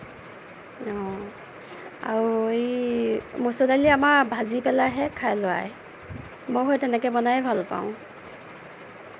অঁ আৰু এই মচুৰ দালি আমাৰ ভাজি পেলাইহে খাই ল'ৰাই মইও সেই তেনেকে বনাই ভাল পাওঁ